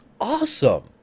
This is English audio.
awesome